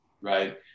right